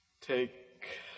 take